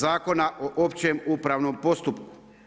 Zakona o općem upravnom postupku.